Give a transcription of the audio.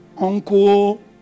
uncle